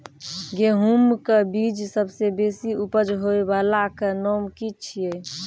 गेहूँमक बीज सबसे बेसी उपज होय वालाक नाम की छियै?